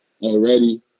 already